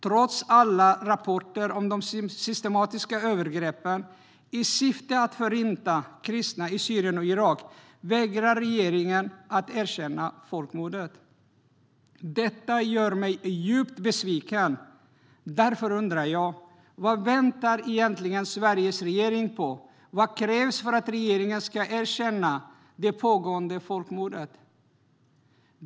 Trots alla rapporter om de systematiska övergreppen i syfte att förinta kristna i Syrien och Irak vägrar regeringen att erkänna folkmordet. Detta gör mig djupt besviken. Därför undrar jag: Vad väntar Sveriges regering egentligen på, och vad krävs för att regeringen ska erkänna det pågående folkmordet?